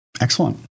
Excellent